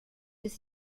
des